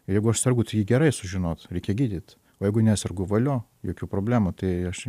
jeigu aš sergu tai jį gerai sužinot reikia gydyt o jeigu nesergu valio jokių problemų tai aš